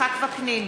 יצחק וקנין,